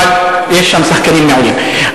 אבל יש שם שחקנים מעולים.